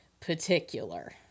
particular